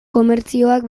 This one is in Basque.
komertzioak